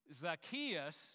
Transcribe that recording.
Zacchaeus